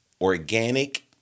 organic